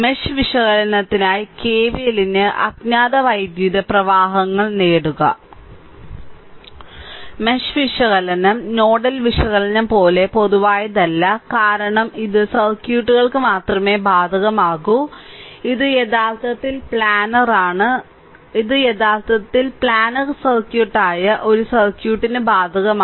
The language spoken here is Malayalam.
മെഷ് വിശകലനത്തിനായി KVLന് അജ്ഞാത വൈദ്യുത പ്രവാഹങ്ങൾ നേടുക മെഷ് വിശകലനം നോഡൽ വിശകലനം പോലെ പൊതുവായതല്ല കാരണം ഇത് സർക്യൂട്ടുകൾക്ക് മാത്രമേ ബാധകമാകൂ ഇത് യഥാർത്ഥത്തിൽ പ്ലാനർ ആണ് ഇത് യഥാർത്ഥത്തിൽ പ്ലാനർ സർക്യൂട്ട് ആയ ഒരു സർക്യൂട്ടിന് ബാധകമാണ്